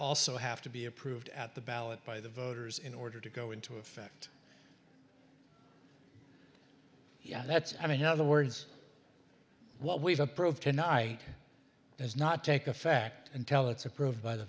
also have to be approved at the ballot by the voters in order to go into effect yeah that's i mean how the words what we've approved tonight is not take a fact and tell it's approved by the